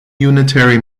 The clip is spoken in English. unitary